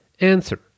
answer